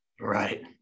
Right